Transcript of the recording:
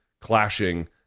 clashing